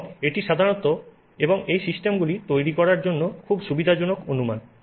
এবং এটি সাধারণত এবং এই সিস্টেমগুলি তৈরি করার জন্য খুব সুবিধাজনক অনুমান